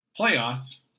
playoffs